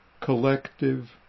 collective